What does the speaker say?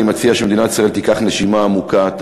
אני מציע שמדינת ישראל תיקח נשימה עמוקה,